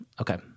Okay